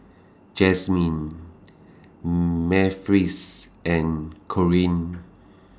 Jazmin Memphis and Corrine